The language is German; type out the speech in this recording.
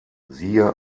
siehe